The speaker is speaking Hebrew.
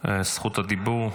זכות הדיבור.